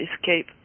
escape